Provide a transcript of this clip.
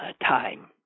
time